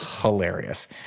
Hilarious